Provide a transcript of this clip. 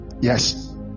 yes